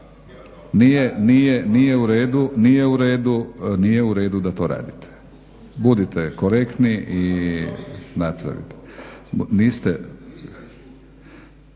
Nije u redu da to radite. Budite korektni. … /Govornici